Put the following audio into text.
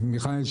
מיכאל,